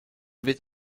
wird